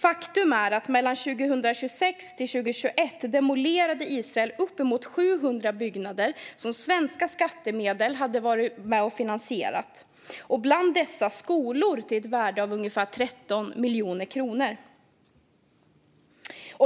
Faktum är att mellan 2016 och 2021 demolerade Israel uppemot 700 byggnader som svenska skattemedel hade varit med och finansierat - bland dessa skolor - till ett värde av ungefär 13 miljoner kronor.